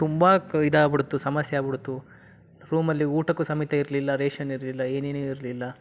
ತುಂಬ ಕ ಇದಾಗ್ಬಿಡ್ತು ಸಮಸ್ಯೆಯಾಗ್ಬಿಡ್ತು ರೂಮಲ್ಲಿ ಊಟಕ್ಕೂ ಸಮೇತ ಇರಲಿಲ್ಲ ರೇಷನ್ ಇರಲಿಲ್ಲ ಏನೇನೂ ಇರಲಿಲ್ಲ